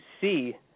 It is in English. see